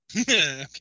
Okay